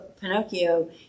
Pinocchio